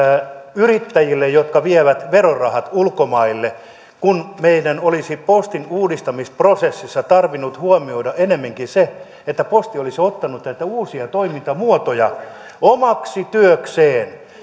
yrittäjille jotka vievät verorahat ulkomaille kun meidän olisi postin uudistamisprosessissa tarvinnut huomioida ennemminkin se että posti olisi ottanut näitä uusia toimintamuotoja omaksi työkseen